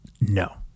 no